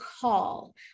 call